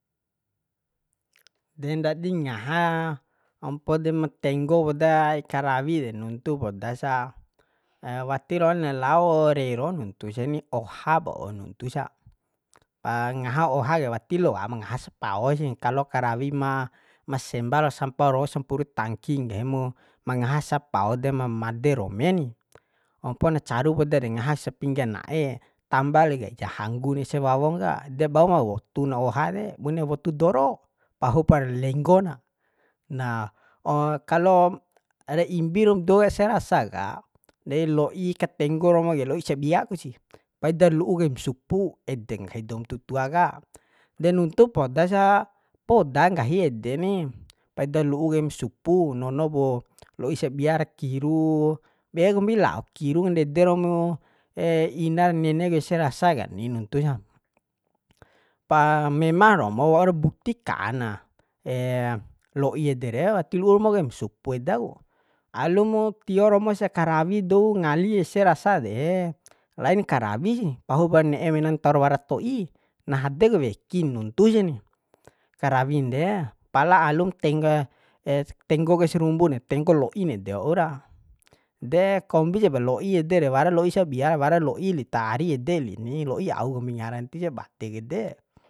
de ndadi ngaha ompo dema tenggo podae karawi de nuntu podasa watir wauna lao rero nuntu sa ni ohap wau nuntusa pangaha oha ke wati loam ngahas spao sih kalo karawi ma ma semba lo samparo sampuru tangki nggahi mu ma ngahas sa pao dema made rome ni ompon caru poda de ngaha sapingga na'e tamba li kai ja hanggun ese wawon ka de bauma wotun oha de bune wotu doro pahupar lenggo na na kalom re imbim rom dou ese rasa ka de lo'i katenggo romo kai de lo'i sabia ku si paidar lu'u kaim supu ede ku nggahi doum tutua ka de nuntu poda sa poda nggahi ede ni paida lu'u kaim supu nono ku lo'i sabia ra kiru be kombi lao kiru ndede ro mu inar mene ku ese rasa kani nuntu sa pa memamng romo waur buktikana lo'i ede re wati lu'u romo kaim supu eda ku alu mu tio romosa karawi romo dou ngali ese rasa de lain karawi sih pahupar ne'e menan ntaur wara to'i na hadek wekin nuntusani karawin de pala alum tenggo tenggo kai sarumbun de tenggo lo'i ede waura de kombi jap lo'i ede re wara lo'i sabia wara lo'i wara lo'i li ta ari ede li ni lo'i au kombi ngaran ti ja badek ede